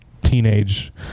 teenage